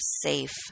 safe